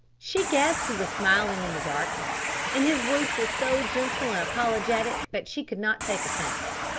she guessed he was smiling in the darkness, and his voice was so gentle and apologetic that she could not take offence.